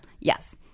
Yes